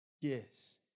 Yes